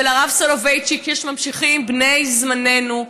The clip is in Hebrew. ולרב סולובייצ'יק יש ממשיכים בני זמננו,